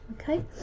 Okay